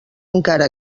encara